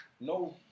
no